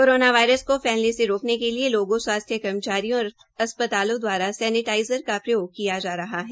corona virus को फैलने से रोकने के लिए लोगों स्वास्थ्य कर्मचारियों और अस्पतालों द्वारा सेनेटाइज़र का प्रयोग किया जा रहा है